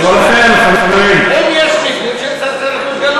לכן, חברים, אם יש ניגוד, שיהיה בשקיפות.